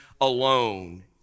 alone